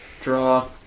Draw